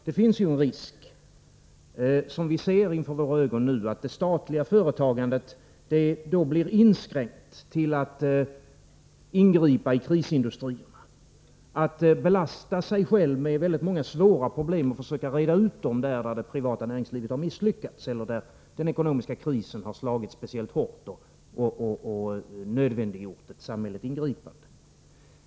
Det finns ju en risk som vi ser inför våra ögon nu att det statliga företagandet då blir inskränkt till att ingripa i krisindustrierna, att belasta sig själv med väldigt många svåra problem och försöka reda ut dem där det privata näringslivet misslyckats eller där den ekonomiska krisen slagit speciellt hårt och nödvändiggjort ett samhälleligt ingripande.